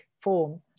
form